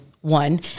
one